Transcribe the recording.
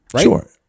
Sure